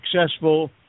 successful